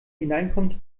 hineinkommt